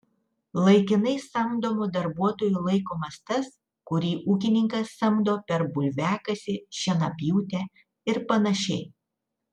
laikinai samdomu darbuotoju laikomas tas kurį ūkininkas samdo per bulviakasį šienapjūtę ir panašiai